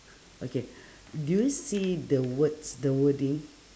okay do you see the words the wording